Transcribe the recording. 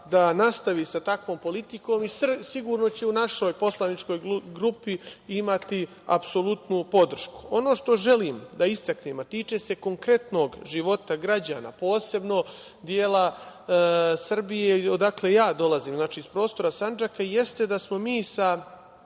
da nastavi sa tom politikom i sigurno će u našoj poslaničkoj grupi imati apsolutnu podršku. Ono što želim da istaknem, a tiče se konkretnog života građana, posebno dela Srbije odakle dolazim, sa prostora Sandžaka, jeste da smo mi sa